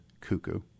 cuckoo